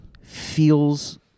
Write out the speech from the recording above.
Feels